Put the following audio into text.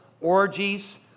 orgies